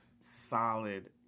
solid